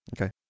Okay